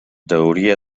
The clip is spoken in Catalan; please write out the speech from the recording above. teoria